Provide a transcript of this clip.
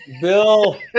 Bill